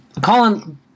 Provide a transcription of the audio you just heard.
Colin